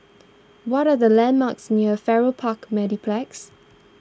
what are the landmarks near Farrer Park Mediplex